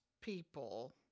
people